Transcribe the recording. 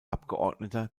abgeordneter